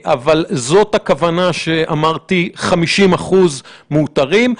אבל זאת הכוונה כשאמרתי 50% מאותרים.